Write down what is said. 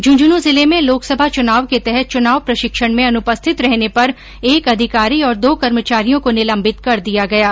झुंझुनूं जिले में लोकसभा चुनाव के तहत चुनाव प्रशिक्षण में अनुपरिथत रहने पर एक अधिकारी और दो कर्मचारियों को निलंबित कर दिया गया है